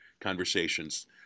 conversations